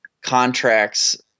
contracts